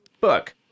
book